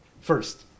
first